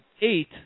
eight